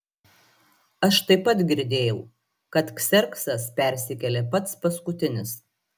aš taip pat girdėjau kad kserksas persikėlė pats paskutinis